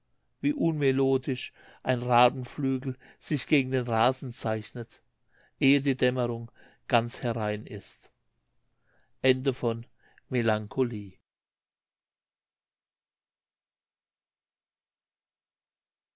wie unmelodisch ein rabenflügel sich gegen den rasen zeichnet ehe die dämmerung ganz herein ist